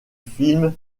film